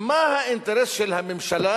מה האינטרס של הממשלה